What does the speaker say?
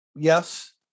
yes